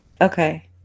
Okay